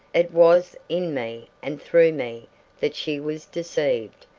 it was in me and through me that she was deceived,